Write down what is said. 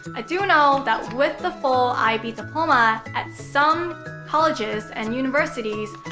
i do know that with the full ib diploma, at some colleges and universities,